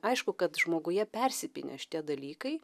aišku kad žmoguje persipynę šitie dalykai